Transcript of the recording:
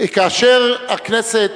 כאשר הכנסת